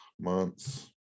months